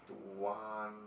to one